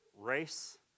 Race